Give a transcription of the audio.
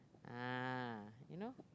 ah you know